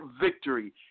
victory